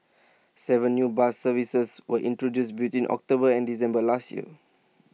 Seven new bus services were introduced between October and December last year